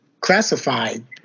classified